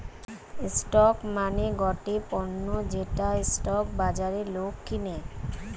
stock মানে গটে পণ্য যেটা স্টক বাজারে লোক কিনে